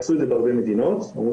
עשו את זה בהרבה מדינות, אמרו